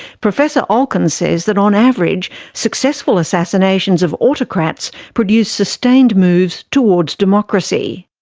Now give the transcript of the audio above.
professor olken says that on average, successful assassinations of autocrats produce sustained moves toward democracy.